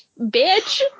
bitch